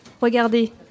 Regardez